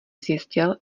zjistil